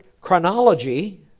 chronology